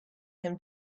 him